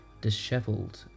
dishevelled